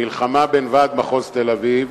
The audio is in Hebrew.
המלחמה בין ועד מחוז תל-אביב